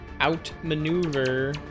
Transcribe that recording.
outmaneuver